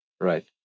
Right